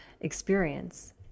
experience